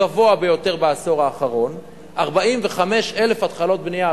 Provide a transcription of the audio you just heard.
הגבוה ביותר בעשור האחרון, 45,000 התחלות בנייה.